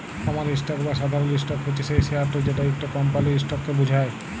কমল stock বা সাধারল stock হছে সেই শেয়ারট যেট ইকট কমপালির ইসটককে বুঝায়